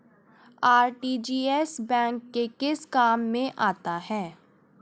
RTGS bank के किस काम में आता है?